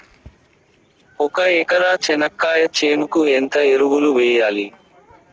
ఒక ఎకరా చెనక్కాయ చేనుకు ఎంత ఎరువులు వెయ్యాలి?